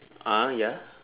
a'ah ya